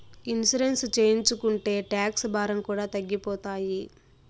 insurance చేయించుకుంటే tax భారం కూడా తగ్గిపోతాయి